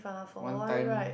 one time